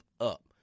up